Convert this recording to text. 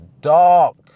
Dark